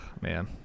man